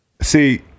See